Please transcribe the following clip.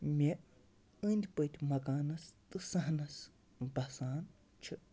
مےٚ أندۍ پٔتۍ مَکانَس تہٕ صحنَس بَسان چھِ